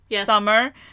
Summer